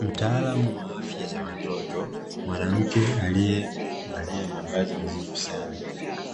Mtaalamu wa afya za watoto, mwanamke aliyevalia mavazi nadhifu sana,